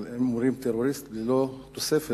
אבל אם אומרים "טרוריסט" ללא תוספת,